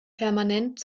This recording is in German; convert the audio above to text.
permanent